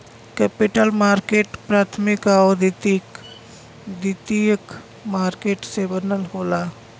capital market प्राथमिक आउर द्वितीयक मार्केट से बनल होला